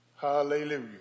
Hallelujah